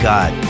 God